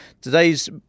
Today's